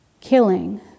killing